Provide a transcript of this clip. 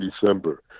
December